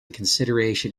consideration